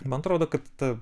man atrodo kad ta